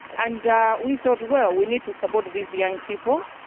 and we thought, well, we need to support these young people,